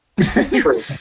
True